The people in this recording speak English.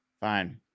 Fine